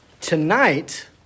tonight